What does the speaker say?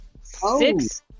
Six